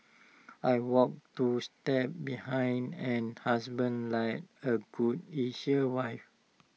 I walk two steps behind an husband like A good Asian wife